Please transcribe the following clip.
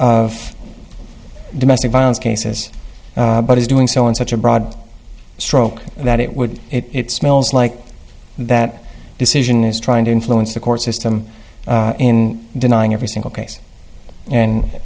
of domestic violence cases but is doing so in such a broad stroke that it would it smells like that decision is trying to influence the court system in denying every single case and